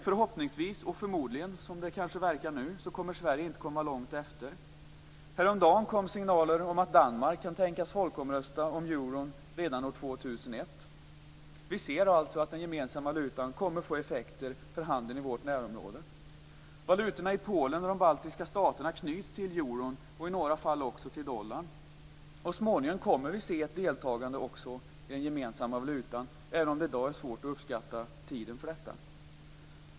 Förhoppningsvis - och förmodligen, som det verkar nu - kommer Sverige inte att komma långt efter. Häromdagen kom signaler om att Danmark kan tänkas folkomrösta om euron redan år 2001. Vi ser alltså att den gemensamma valutan kommer att få effekter för handeln i vårt närområde. Valutorna i Polen och de baltiska staterna knyts till euron och i några fall också till dollarn. Så småningom kommer vi att se ett deltagande också i den gemensamma valutan, även om det i dag är svårt att uppskatta tiden för detta.